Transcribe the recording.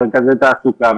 ורכזי תעסוקה,